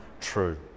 true